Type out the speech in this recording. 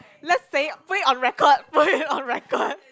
let's say put it on record put it on record